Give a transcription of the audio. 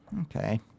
Okay